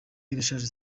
irashaje